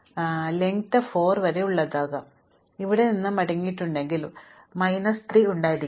ദൈർഘ്യം 4 വരെ ഉള്ളതാകാം പക്ഷേ ഞാൻ അവിടെ നിന്ന് മടങ്ങിയെത്തിയിട്ടുണ്ടെങ്കിൽ വലത് മൈനസ് 3 ഉണ്ടായിരിക്കാം